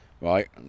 Right